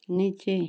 नीचे